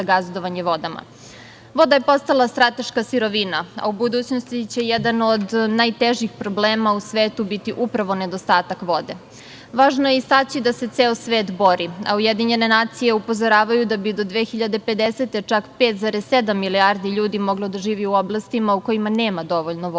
Voda je postala strateška sirovina, a u budućnosti će jedan od najtežih problema u svetu biti upravo nedostatak vode. Važno je istaći da se ceo svet bori, a Ujedinjene nacije upozoravaju da bi do 2050. godine čak 5,7 milijardi ljudi moglo da živi u oblastima u kojima nema dovoljno vode.